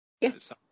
yes